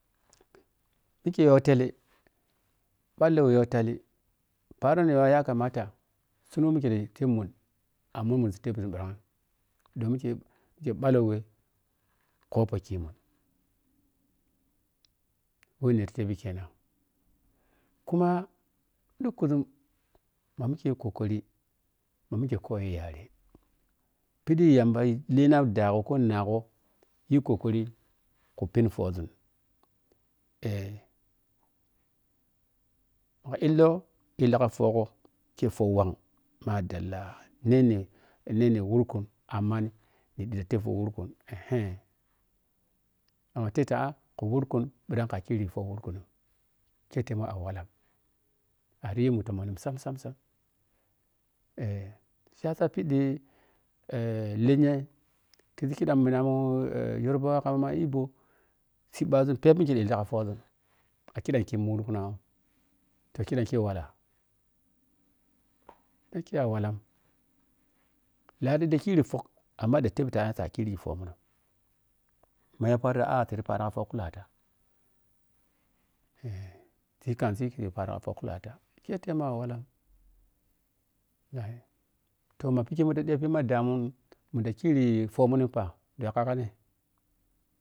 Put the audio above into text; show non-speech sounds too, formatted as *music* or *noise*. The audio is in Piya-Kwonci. Mike ya talli phallo yo talli paarone wo yakamata sun wo mike ta tepmun amma munzur tepzun phirang ɗon mike phallowe khoppoh ki mun we niri tebi kenan kuma ɗhukuzum ma mike yi kokari ma mike koyi yare phidiyamba yi lina ɗaagho ko naagho yi kokari ku phenfazun eh ma illo i lli ka fagho ke fowhang madalla nini nini wurkun amma ni ɗhita tep fon wurkun ma ma tep ta ku wurkun amma tatep toh wurkun ketema a walla ari yimu tommon sam sam sam eh shi yasa phiɗi *hesitation* lenya khizii khiɗam minama yorobawa ka ma ibho siiba zun pheb phebinezu ka phozun a kiɗan ki mu wurkunawa toh kiɗanke walla ai ke awalla laa dita kiri fak amma ɗan tep ta a khiri puk ma yo puaro ta a a tayi pharo ka fo kulata eh si kam siita yi pharo ka fo kulata ke tema a walla toh ma bha ki tib hi ma damun munda kiri phomun pha dika yaggai.